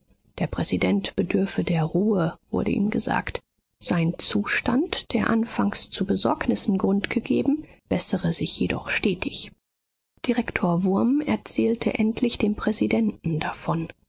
der präsident bedürfe der ruhe wurde ihm gesagt sein zustand der anfangs zu besorgnissen grund gegeben bessere sich jedoch stetig direktor wurm erzählte endlich dem präsidenten davon